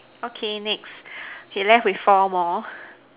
okay next left with four more